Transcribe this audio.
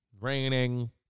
Raining